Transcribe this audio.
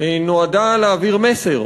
נועד להעביר מסר